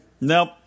Nope